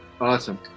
awesome